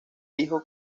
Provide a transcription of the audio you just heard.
dijo